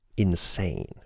insane